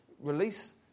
release